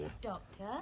Doctor